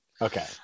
Okay